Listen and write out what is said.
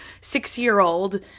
six-year-old